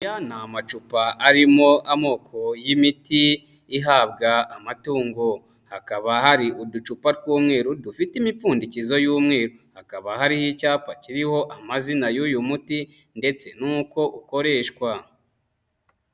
Aya ni amacupa arimo amoko y'imiti ihabwa amatungo, hakaba hari uducupa tw'umweru dufite imipfundikizo y'umweru, hakaba hariho icyapa kiriho amazina y'uyu muti ndetse nuko ukoreshwa.